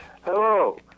hello